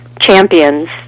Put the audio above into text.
champions